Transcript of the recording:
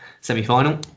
semi-final